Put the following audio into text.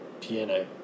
piano